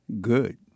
good